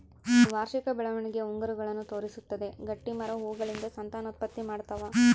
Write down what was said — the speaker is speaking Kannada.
ವಾರ್ಷಿಕ ಬೆಳವಣಿಗೆಯ ಉಂಗುರಗಳನ್ನು ತೋರಿಸುತ್ತದೆ ಗಟ್ಟಿಮರ ಹೂಗಳಿಂದ ಸಂತಾನೋತ್ಪತ್ತಿ ಮಾಡ್ತಾವ